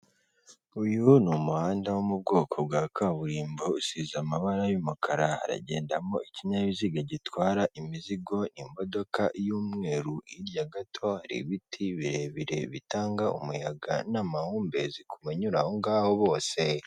Uyu ni umuhanda wo mu bwoko bwa kaburimbo usize amabara y'umukara haragenda mo ikinyabiziga gitwara imizigo imodoka y'umweru hirya gato hari ibiti birebire bitanga umuyaga n'amahumbezi ku banyura aho ngaho bose.